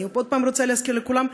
אני עוד פעם רוצה להזכיר לכולם,